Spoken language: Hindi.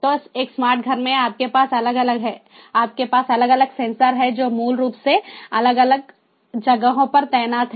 तो एक स्मार्ट घर में आपके पास अलग अलग हैं आपके पास अलग अलग सेंसर हैं जो मूल रूप से अलग अलग जगहों पर तैनात हैं